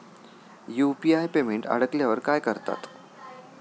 UPI payment अडकल्यावर काय करतात?